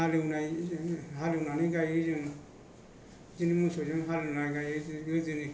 हालेवनाय हालेवनानै गायो जों जों मोसौजों हालेवनानै गायो